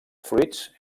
fruits